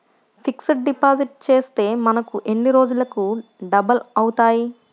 Fixed deposit చేస్తే మనకు ఎన్ని రోజులకు డబల్ అవుతాయి?